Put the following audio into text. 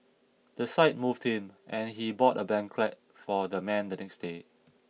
the sight moved him and he bought a blanket for the man the next day